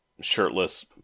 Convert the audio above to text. shirtless